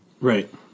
Right